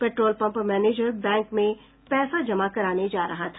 petrol pump manager bank में पैसा जमा कराने जा रहा था